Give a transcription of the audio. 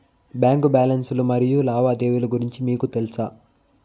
Bank balance లు మరియు లావాదేవీలు గురించి మీకు తెల్సా?